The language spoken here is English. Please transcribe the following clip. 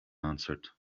answered